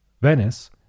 Venice